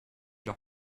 leur